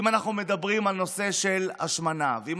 אם אנחנו מדברים על נושא של השמנה ואם